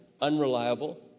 unreliable